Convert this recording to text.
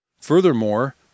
Furthermore